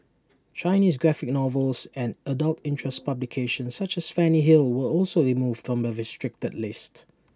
Chinese graphic novels and adult interest publications such as Fanny hill were also removed from the restricted list